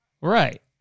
Right